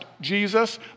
Jesus